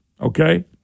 okay